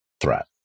threat